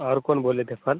और कौन बोले थे फल